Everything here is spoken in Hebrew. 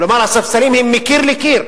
כלומר הספסלים הם מקיר לקיר.